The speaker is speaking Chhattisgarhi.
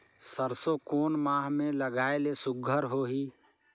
सरसो कोन माह मे लगाय ले सुघ्घर होही?